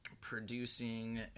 producing